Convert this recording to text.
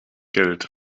geld